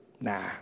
Nah